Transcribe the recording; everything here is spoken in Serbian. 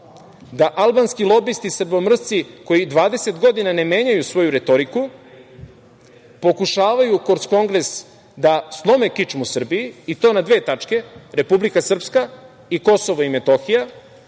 da albanski lobisti, srbomrzci koji 20 godina ne menjaju svoju retoriku, pokušavaju kroz kongres da slome kičmu Srbiji i to na dve tačke – Republika Srpska i Kosovo i Metohija.